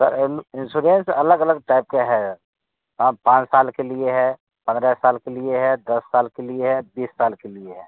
sir insurance अलग अलग type के है हाँ पाँच साल के लिए है पन्द्रह साल के लिए है दस साल के लिए है बीस साल के लिए है